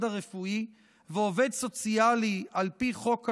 הרפואי ועובד סוציאלי על פי חוק הנוער,